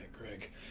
greg